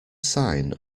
sine